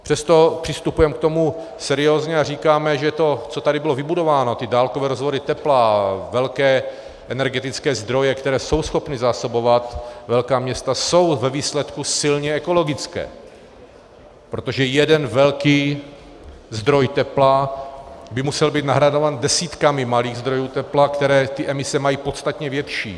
Přesto přistupujeme k tomu seriózně a říkáme, že to, co tady bylo vybudováno, ty dálkové rozvody tepla, velké energetické zdroje, které jsou schopny zásobovat velká města, jsou ve výsledku silně ekologické, protože jeden velký zdroj tepla by musel být nahrazován desítkami malých zdrojů tepla, které mají emise podstatně větší.